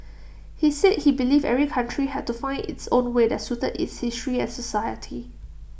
he said he believed every country had to find its own way that suited its history and society